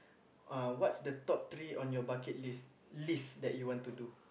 uh what's the top three on your bucket list list that you want to do